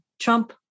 Trump